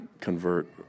convert